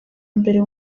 mbere